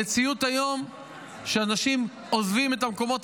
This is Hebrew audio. המציאות היום היא שאנשים עוזבים את המקומות